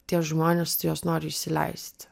tie žmonės tu juos nori įsileisti